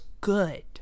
good